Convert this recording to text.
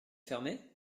fermé